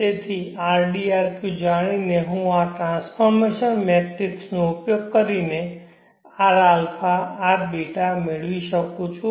તેથી rd rq જાણીને હું આ ટ્રાન્સફોર્મશન મેટ્રિક્સનો ઉપયોગ કરીને rα rß મેળવી શકું છું